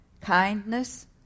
kindness